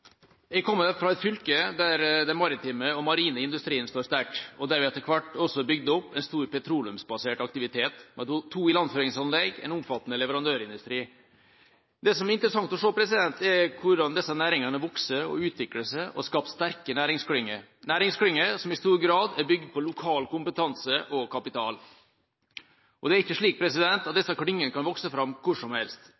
Jeg kommer fra et fylke der den maritime og marine industrien står sterkt, og der vi etter hvert også har bygd opp en stor petroleumsbasert aktivitet med to ilandføringsanlegg og en omfattende leverandørindustri. Det som er interessant å se, er hvordan disse næringene vokser, utvikler seg og skaper sterke næringsklynger – næringsklynger som i stor grad er bygd på lokal kompetanse og kapital. Det er ikke slik at